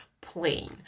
plain